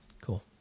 cool